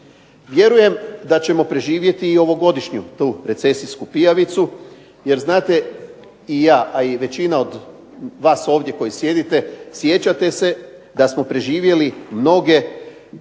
Vjerujem da ćemo preživjeti i ovogodišnju recesijsku pijavicu, jer znate i ja a i većina od vas koji ovdje sjedite, sjećate se da smo preživjeli mnoge periodičke